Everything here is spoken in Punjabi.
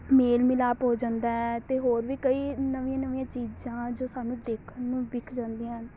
ਮੇਲ ਮਿਲਾਪ ਹੋ ਜਾਂਦਾ ਹੈ ਅਤੇ ਹੋਰ ਵੀ ਕਈ ਨਵੀਆਂ ਨਵੀਆਂ ਚੀਜ਼ਾਂ ਜੋ ਸਾਨੂੰ ਦੇਖਣ ਨੂੰ ਦਿਖ ਜਾਂਦੀਆਂ ਹਨ